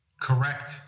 correct